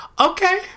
okay